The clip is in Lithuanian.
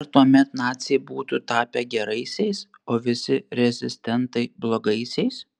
ar tuomet naciai būtų tapę geraisiais o visi rezistentai blogaisiais